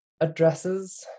addresses